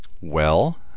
Well